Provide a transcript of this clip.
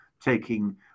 taking